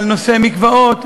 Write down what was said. למקוואות,